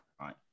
Right